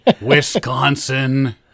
Wisconsin